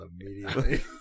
immediately